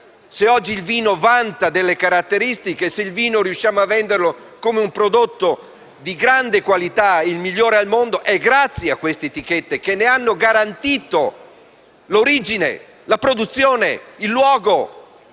Se oggi il vino vanta delle caratteristiche e riusciamo a venderlo come un prodotto di grande qualità - il migliore al mondo - è grazie a queste etichette che ne hanno garantito l'origine, la produzione, il luogo